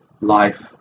life